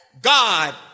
God